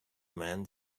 man